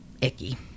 icky